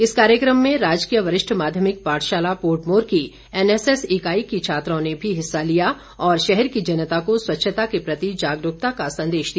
इस कार्यक्रम में राजकीय वरिष्ठ माध्यमिक पाठशाला पोर्टमोर की एनएसएस इकाई की छात्राओं ने मी हिस्सा लिया और शहर की जनता को स्वच्छता के प्रति जागरूकता का संदेश दिया